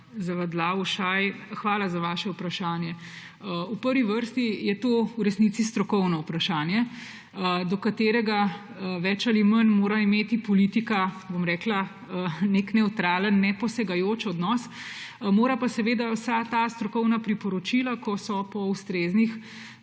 Zavadlav Ušaj, hvala za vaše vprašanje. V prvi vrsti je to v resnici strokovno vprašanje, do katerega mora imeti politika bolj ali manj nek nevtralen, neposegajoč odnos, mora pa seveda vsem tem strokovnim priporočilom, ko so po ustreznih